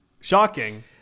Shocking